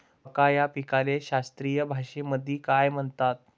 मका या पिकाले शास्त्रीय भाषेमंदी काय म्हणतात?